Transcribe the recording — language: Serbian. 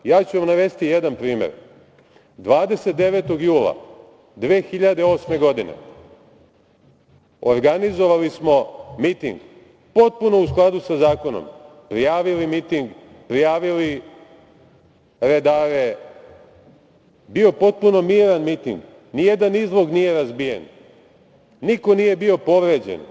Ja ću vam navesti jedan primer, 29. jula 2008. godine organizovali smo miting, potpuno u skladu sa zakonom, prijavili miting, prijavili redare, bio potpuno miran miting, nijedan izlog nije razbijen, niko nije bio povređen.